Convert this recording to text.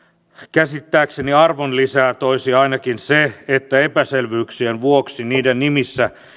käsittääkseni arvonlisää toisi ainakin se että epäselvyyksien vuoksi niiden nimissä